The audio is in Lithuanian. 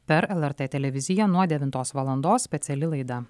per elartė televiziją nuo devintos valandos speciali laida